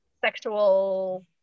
sexual